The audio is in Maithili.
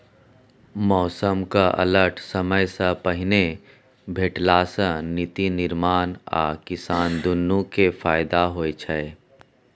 मौसमक अलर्ट समयसँ पहिने भेटला सँ नीति निर्माता आ किसान दुनु केँ फाएदा होइ छै